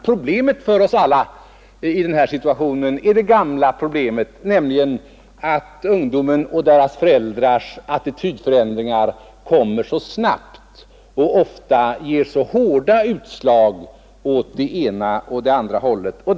Problemet för oss alla i denna situation är det gamla problemet nämligen att ungdomens och föräldrarnas attitydförändringar kommer så snabbt och ofta ger så hårda utslag åt ena eller andra hållet.